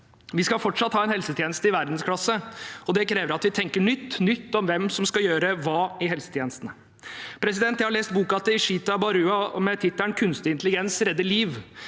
Vi skal fortsatt ha en helsetjeneste i verdensklasse, og det krever at vi tenker nytt om hvem som skal gjøre hva i helsetjenestene. Jeg har lest boka til Ishita Barua med tittelen Kunstig intelligens redder liv.